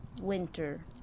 winter